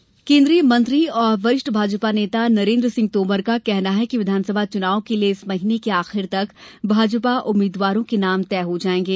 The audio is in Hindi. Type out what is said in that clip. भाजपा टिकिट केन्द्रीय मंत्री और वरिष्ठ भाजपा नेता नरेन्द्र सिंह तोमर का कहना है कि विधानसभा चुनाव के लिए इस महीने के अन्त तक भाजपा उम्मीदवारों के नाम तय हो जायेंगे